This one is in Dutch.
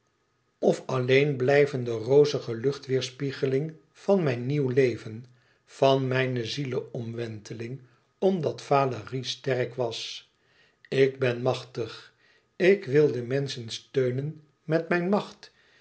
of alleen blijven de rozige luchtweêrspiegeling van mijn nieuw leven van mijne zieleomwenteling omdat valérie sterk was ik ben machtig ik wil de menschen steunen met mijn macht